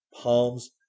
palms